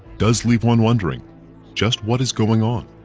does leave one wondering just what is going on?